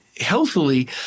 healthily